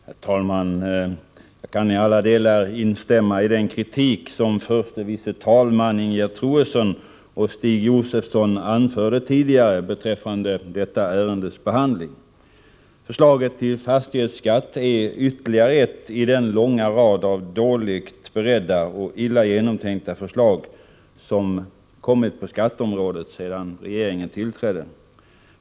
Herr talman! Jag kan i alla delar instämma i den kritik som förste vice talman Ingegerd Troedsson och Stig Josefson anförde tidigare beträffande detta ärendes behandling. Förslaget till fastighetsskatt är ytterligare ett i den långa rad av dåligt beredda och illa genomtänkta förslag som har kommit på skatteområdet sedan regeringstillträdet.